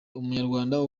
umunyarwanda